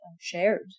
shared